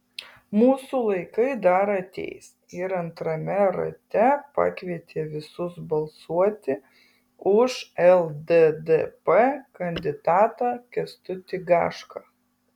mūsų laikai dar ateis ir antrame rate pakvietė visus balsuoti už lddp kandidatą kęstutį gašką